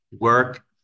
work